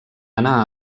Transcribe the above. anar